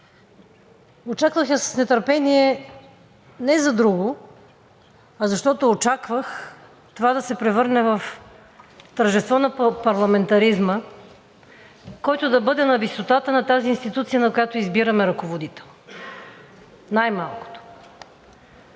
Очаквах я с нетърпение не за друго, а защото очаквах това да се превърне в тържество на парламентаризма, който да бъде на висотата на тази институция, на която избираме ръководител. Най-малкото!